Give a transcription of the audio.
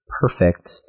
perfect